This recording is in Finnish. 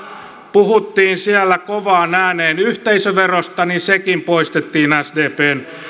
puhuttiin siellä kovaan ääneen yhteisöverosta niin sekin poistettiin sdpn